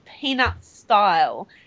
peanut-style